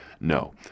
No